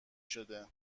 شده